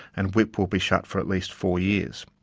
and wipp will be shut for at least four years.